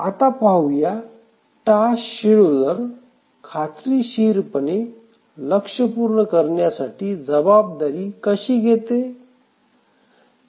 आता पाहूया task scheduler खात्रीशीरपणे लक्ष्यपूर्ण करण्याची जबाबदारी कशी घेतो